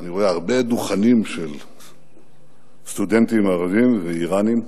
אני רואה הרבה דוכנים של סטודנטים ערבים ואירנים,